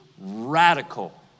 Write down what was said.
radical